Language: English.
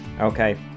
Okay